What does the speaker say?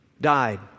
died